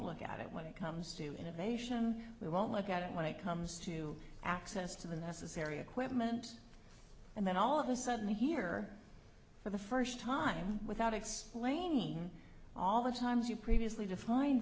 look at it when it comes to innovation we won't look at it when it comes to access to the necessary equipment and then all of a sudden here for the first time without explaining all the times you've previously defined